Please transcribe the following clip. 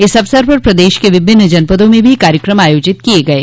इस अवसर पर प्रदेश के विभिन्न जनपदों में भी कार्यक्रम आयोजित किये गये